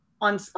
on